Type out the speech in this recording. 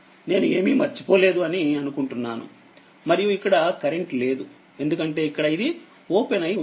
నేను ఏమీ మర్చిపోలేదు అని అనుకుంటున్నానుమరియు ఇక్కడ కరెంటు లేదుఎందుకంటే ఇక్కడ ఇది ఓపెన్ అయ్యి వుంది